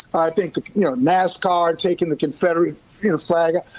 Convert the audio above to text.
think you know nascar taking the confederate you know so